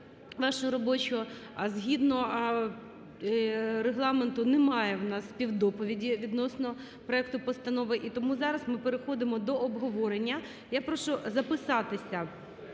вашого робочого. Згідно Регламенту, немає в нас співдоповіді відносно проекту постанови. І тому зараз ми переходимо до обговорення. Я прошу записатися